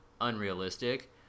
unrealistic